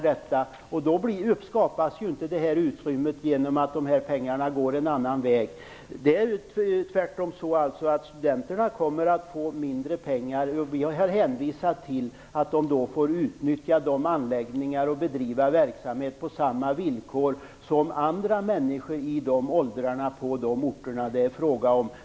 Det skapas inte något utrymme för det genom att låta pengarna gå en annan väg. Det är tvärtom så att studenterna kommer att få mindre pengar. Vi har hänvisat till att de får utnyttja anläggningar och bedriva verksamheter på samma villkor som andra människor i de åldrarna på de kårorter som det är fråga om.